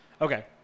Okay